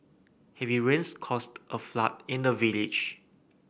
heavy rains caused a flood in the village